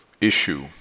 issue